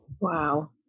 Wow